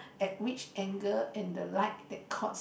at which angle and the light that caught